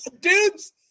dudes